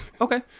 Okay